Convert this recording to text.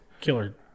killer